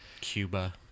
Cuba